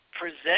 present